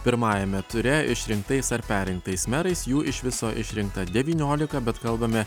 pirmajame ture išrinktais ar perrinktais merais jų iš viso išrinkta devyniolika bet kalbame